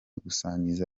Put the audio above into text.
gusangiza